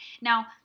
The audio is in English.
now